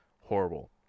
horrible